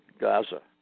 Gaza